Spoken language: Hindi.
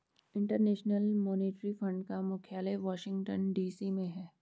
इंटरनेशनल मॉनेटरी फंड का मुख्यालय वाशिंगटन डी.सी में है